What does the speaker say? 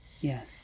Yes